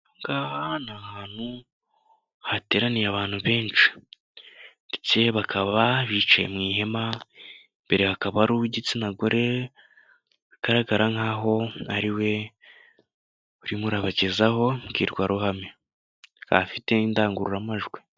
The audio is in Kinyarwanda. Aha ni ahantu hateraniye abantu benshi, ndetse bakaba bicaye mu ihema, imbere hakaba ari uw'igitsina gore bagaragara nk'aho ari we urimo urabagezaho imbwirwaruhame bafite indangururamajwi.